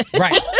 Right